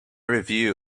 review